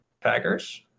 Packers